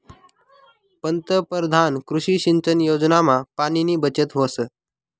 पंतपरधान कृषी सिंचन योजनामा पाणीनी बचत व्हस